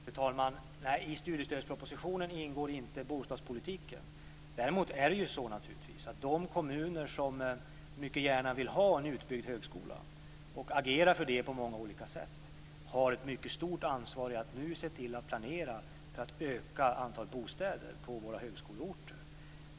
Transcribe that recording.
Fru talman! Nej, i studiestödspropositionen ingår inte bostadspolitiken. Däremot är det naturligtvis så att de kommuner som mycket gärna vill ha en utbyggd högskola och agerar för det på många olika sätt har ett mycket stort ansvar i att nu se till att planera för att öka antalet bostäder på våra högskoleorter.